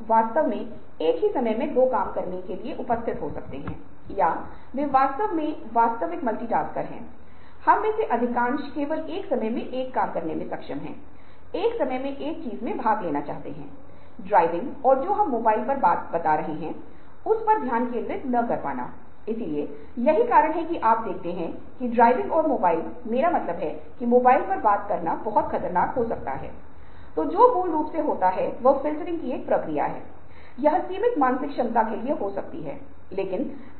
लोग समुद्री भोजन की तलाश कर सकते हैं इसी तरह खाने के कई परिणाम होते हैं अगर इसकी जरूरत नही है अगर यह हम में से किसी को भोजन की जरूरत नहीं है तो पृथ्वी में जीवित रहने के लिए